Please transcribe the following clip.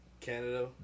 Canada